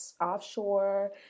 offshore